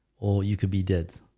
or you could be dead.